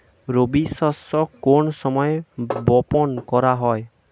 রবি শস্য কোন সময় বপন করা হয়?